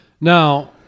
now